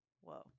whoa